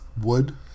wood